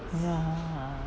ya